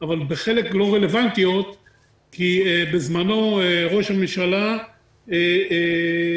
אבל בחלק לא רלבנטיות כי בזמנו ראש הממשלה מטעמים